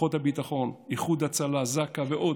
כוחות הביטחון, איחוד הצלה, זק"א ועוד,